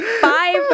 Five